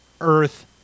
earth